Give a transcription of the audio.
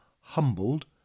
humbled